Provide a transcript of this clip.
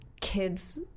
kids